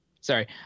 Sorry